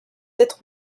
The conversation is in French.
être